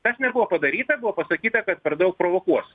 tas nebuvo padaryta buvo pasakyta kad per daug provokuos